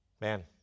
man